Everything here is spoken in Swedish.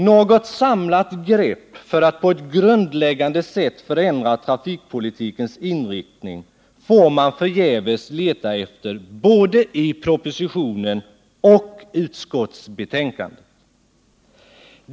Något samlat grepp för att på ett grundläggande sätt förändra trafikpolitikens inriktning får man förgäves leta efter både i propositionen och i utskottsbetänkandet.